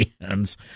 hands